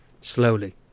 slowly